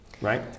right